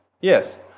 Yes